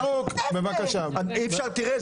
--- תראה,